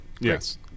yes